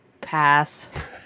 pass